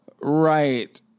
Right